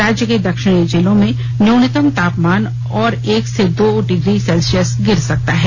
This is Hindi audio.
राज्य के दक्षिणी जिलों में न्यूनतम तापमान और एक से दो डिग्री सेलि ायस गिर सकता है